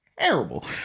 terrible